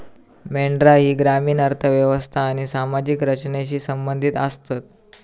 मेंढरा ही ग्रामीण अर्थ व्यवस्था आणि सामाजिक रचनेशी संबंधित आसतत